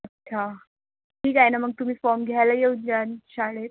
अच्छा ठीक आहे ना मग तुम्ही फॉर्म घ्यायला येऊन जा नशाळेत